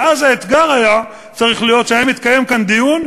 ואז האתגר היה צריך להיות שהיה מתקיים כאן דיון,